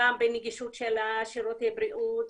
גם בנגישות של שירותי הבריאות,